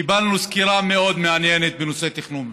קיבלנו סקירה מאוד מעניינת בנושא תכנון ובנייה.